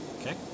Okay